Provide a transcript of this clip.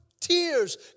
tears